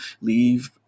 leave